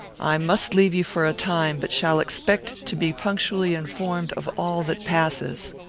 i must leave you for a time, but shall expect to be punctually informed of all that passes.